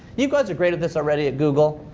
you guys are great at this already at google.